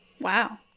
Wow